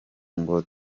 ngo